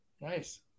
Nice